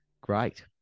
Great